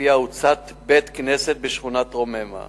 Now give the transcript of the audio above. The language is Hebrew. שלפיה הוצת בית-כנסת בשכונת רוממה.